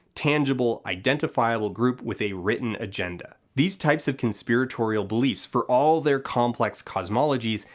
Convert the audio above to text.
tangible, identifiable group with a written agenda. these types of conspiratorial beliefs, for all their complex cosmologies,